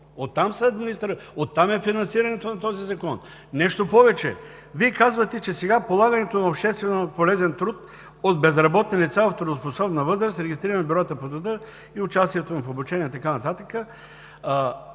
оттам е финансирането на този закон! Нещо повече, Вие казвате, че сега полагането на общественополезен труд от безработни лица в трудоспособна възраст, регистрирани в бюрата по труда и участието им в обучение и така